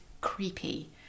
creepy